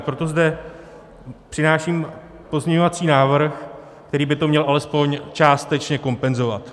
Proto zde přináším pozměňovací návrh, který by to měl alespoň částečně kompenzovat.